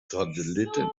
satelliten